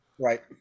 Right